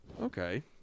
okay